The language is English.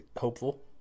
hopeful